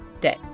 day